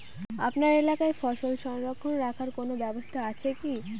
আপনার এলাকায় ফসল সংরক্ষণ রাখার কোন ব্যাবস্থা আছে কি?